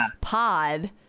Pod